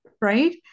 right